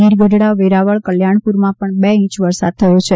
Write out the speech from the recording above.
ગીરગઢડા વેરાવળ કલ્યાજ઼પુરમાં પજ઼ બે ઈંચ વરસાદ થયો છે